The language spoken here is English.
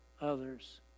others